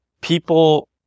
people